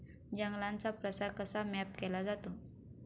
जंगलांचा प्रसार कसा मॅप केला जातो?